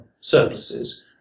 surpluses